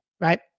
right